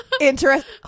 interesting